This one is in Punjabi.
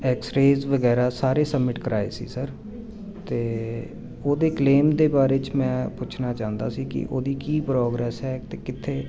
ਐਕਸਰੇਜ ਵਗੈਰਾ ਸਾਰੇ ਸਬਮਿਟ ਕਰਵਾਏ ਸੀ ਸਰ ਅਤੇ ਉਹਦੇ ਕਲੇਮ ਦੇ ਬਾਰੇ 'ਚ ਮੈਂ ਪੁੱਛਣਾ ਚਾਹੁੰਦਾ ਸੀ ਕਿ ਉਹਦੀ ਕੀ ਪ੍ਰੋਗਰੈਸ ਹੈ ਅਤੇ ਕਿੱਥੇ